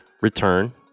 return